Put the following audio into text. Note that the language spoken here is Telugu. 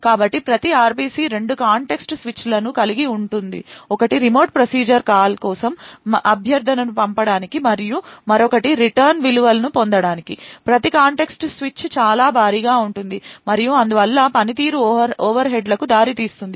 కాబట్టి ప్రతి RPC రెండు కాంటెక్స్ట్ స్విచ్లను కలిగి ఉంటుంది ఒకటి రిమోట్ ప్రొసీజర్ కాల్ కోసం అభ్యర్థనను పంపడానికి మరియు మరొకటి రిటర్న్ విలువలను పొందటానికి ప్రతి కాంటెక్స్ట్ స్విచ్ చాలా భారీగా ఉంటుంది మరియు అందువల్ల పనితీరు ఓవర్హెడ్లకు దారితీస్తుంది